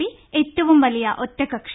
P ഏറ്റവും വലിയ ഒറ്റകക്ഷി